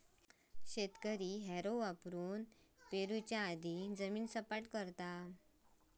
शेतकरी हॅरो वापरुन पेरणीपूर्वी जमीन सपाट करता